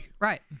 right